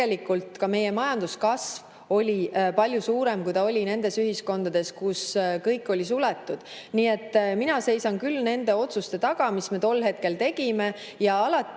ja ka meie majanduskasv oli palju suurem kui nendes ühiskondades, kus kõik oli suletud. Nii et mina seisan küll nende otsuste taga, mis me tol hetkel tegime.